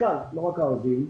לא רק הערבים,